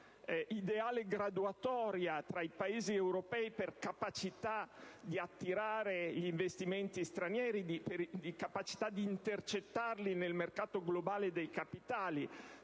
un'ideale graduatoria tra i Paesi europei per capacità di attirare gli investimenti stranieri, di intercettarli nel mercato globale dei capitali,